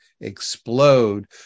explode